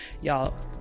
y'all